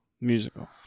musical